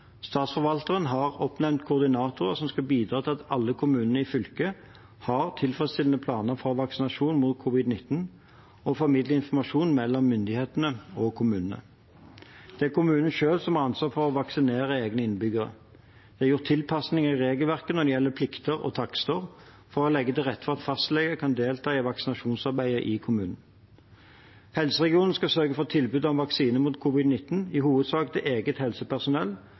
Statsforvalteren har oppnevnt koordinatorer som skal bidra til at alle kommuner i fylket har tilfredsstillende planer for vaksinasjon mot covid-19, og formidle informasjon mellom myndighetene og kommunene. Det er kommunene selv som har ansvar for å vaksinere egne innbyggere. Det er gjort tilpasninger i regelverket når det gjelder plikter og takster, for å legge til rette for at fastlegene kan delta i vaksinasjonsarbeidet i kommunen. Helseregionene skal sørge for tilbud om vaksine mot covid-19, i hovedsak til eget helsepersonell,